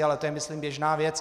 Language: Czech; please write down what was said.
Ale to je myslím běžná věc.